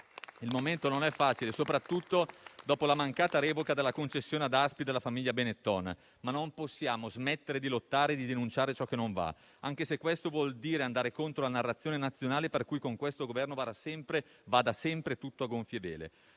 Il momento non è facile, soprattutto dopo la mancata revoca della concessione ad Aspi della famiglia Benetton. Ma non possiamo smettere di lottare e di denunciare ciò che non va, anche se questo vuol dire andare contro la narrazione nazionale, per cui con questo Governo va sempre tutto a gonfie vele.